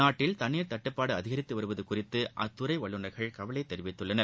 நாட்டில் தண்ணீர் தட்டுப்பாடு அதிகரித்து வருவது குறித்து அத்துறை வல்லுநர்கள் கவலை தெரிவித்துள்ளனர்